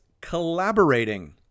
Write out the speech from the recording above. collaborating